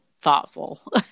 thoughtful